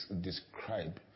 describe